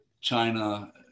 China